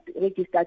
registered